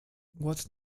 what